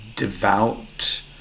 devout